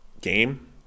game